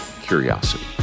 curiosity